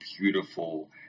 beautiful